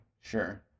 Sure